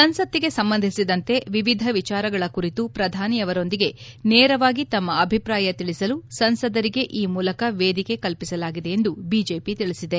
ಸಂಸತ್ತಿಗೆ ಸಂಬಂಧಿಸಿದಂತೆ ವಿವಿಧ ವಿಚಾರಗಳ ಕುರಿತು ಪ್ರಧಾನಿಯವರೊಂದಿಗೆ ನೇರವಾಗಿ ತಮ್ಮ ಅಭಿಪ್ರಾಯ ತಿಳಿಸಲು ಸಂಸದರಿಗೆ ಈ ಮೂಲಕ ವೇದಿಕೆ ಕಲ್ಪಿಸಲಾಗಿದೆ ಎಂದು ಬಿಜೆಪಿ ತಿಳಿಸಿದೆ